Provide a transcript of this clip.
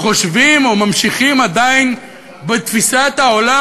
חושבים או ממשיכים עדיין בתפיסת העולם